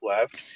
left